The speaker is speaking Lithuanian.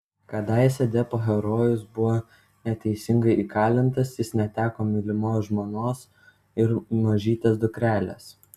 kadaise deppo herojus buvo neteisingai įkalintas jis neteko mylimos žmonos ir mažytės dukrelės